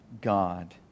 God